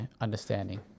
understanding